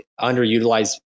underutilized